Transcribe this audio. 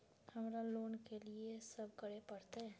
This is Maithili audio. हमरा लोन के लिए की सब करे परतै?